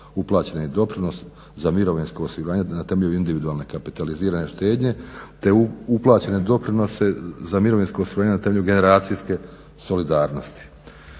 uplaćeni doprinos za mirovinsko osiguranje na temelju individualne kapitalizirane štednje, te uplaćene doprinose za mirovinsko osiguranje na temelju generacijske solidarnosti.